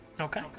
Okay